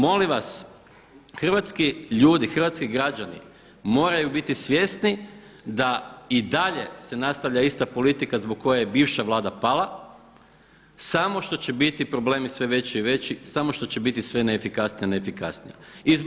Molim vas hrvatski ljudi, hrvatski građani moraju biti svjesni da i dalje se nastavlja ista politika zbog koje je bivša Vlada pala, samo što će biti problemi sve veći i veći, samo što će biti neefikasnija i neefikasnija.